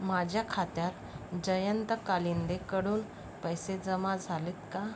माझ्या खात्यात जयंत कालिंदेकडून पैसे जमा झालेत का